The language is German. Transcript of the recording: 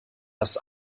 das